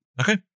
okay